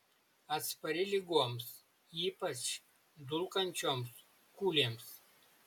atspari ligoms ypač dulkančioms kūlėms